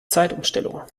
zeitumstellung